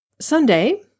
Sunday